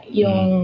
yung